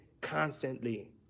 constantly